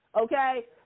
okay